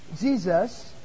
Jesus